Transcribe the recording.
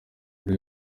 muri